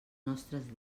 nostres